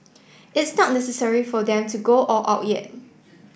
it's not necessary for them to go all out yet